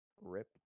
Rip